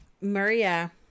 Maria